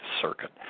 Circuit